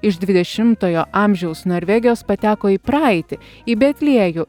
iš dvidešimtojo amžiaus norvegijos pateko į praeitį į betliejų